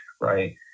Right